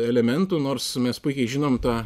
elementų nors mes puikiai žinom tą